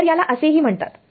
तर याला असेही म्हणतात